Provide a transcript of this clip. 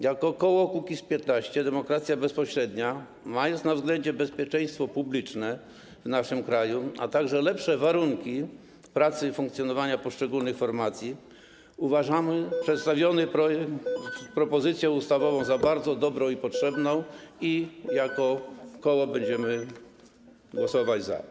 Jako koło Kukiz’15 - Demokracja Bezpośrednia, mając na względzie bezpieczeństwo publiczne w naszym kraju, a także lepsze warunki pracy i funkcjonowania poszczególnych formacji, uważamy przedstawiony projekt, propozycję ustawową za bardzo dobrą i potrzebną i jako koło będziemy głosować za.